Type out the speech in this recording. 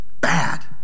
bad